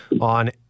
on